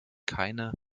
keine